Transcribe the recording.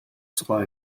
supply